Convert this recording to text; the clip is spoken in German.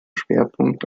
schwerpunkt